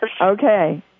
Okay